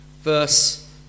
verse